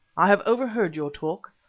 i have overheard your talk.